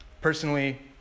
Personally